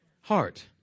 heart